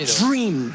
dream